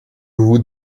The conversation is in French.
vous